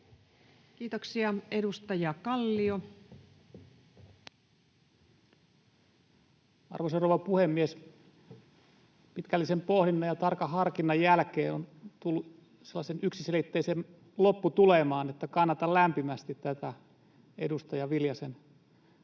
Time: 15:36 Content: Arvoisa rouva puhemies! Pitkällisen pohdinnan ja tarkan harkinnan jälkeen olen tullut sellaiseen yksiselitteiseen lopputulemaan, että kannatan lämpimästi tätä edustaja Viljasen